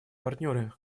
партнеры